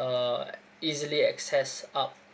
uh easily accessed up